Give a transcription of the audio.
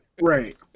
Right